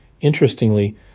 Interestingly